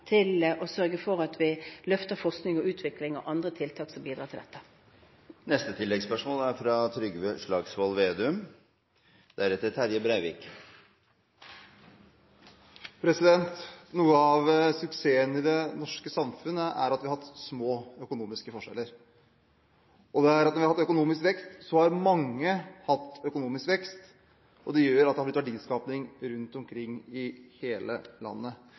sørge for at vi løfter forskning og utvikling og andre tiltak som bidrar til dette. Trygve Slagsvold Vedum – til oppfølgingsspørsmål. Noe av suksessen i det norske samfunnet er at vi har hatt små økonomiske forskjeller, og når vi har hatt økonomisk vekst, har mange hatt økonomisk vekst, og det gjør at det har blitt verdiskaping rundt omkring i hele landet.